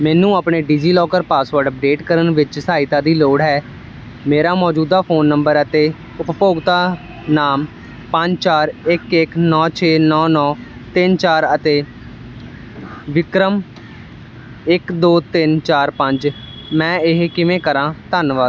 ਮੈਨੂੰ ਆਪਣਾ DigiLocker password update ਕਰਨ ਵਿੱਚ ਸਹਾਇਤਾ ਦੀ ਲੋੜ ਹੈ ਮੇਰਾ ਮੌਜੂਦਾ ਫੋਨ ਨੰਬਰ ਅਤੇ ਉਪਭੋਗਤਾ ਨਾਮ ਪੰਜ ਚਾਰ ਇੱਕ ਇੱਕ ਨੌਂ ਛੇ ਨੌਂ ਨੌਂ ਤਿੰਨ ਚਾਰ ਅਤੇ ਵਿਕਰਮ ਇੱਕ ਦੋ ਤਿੰਨ ਚਾਰ ਪੰਜ ਮੈਂ ਇਹ ਕਿਵੇਂ ਕਰਾਂ ਧੰਨਵਾਦ